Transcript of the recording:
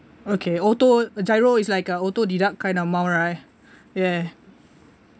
okay auto GIRO is like a auto deduct kind of amount right ya